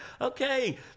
okay